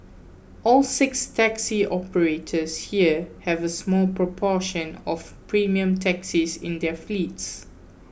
all six taxi operators here have a small proportion of premium taxis in their fleets